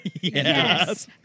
Yes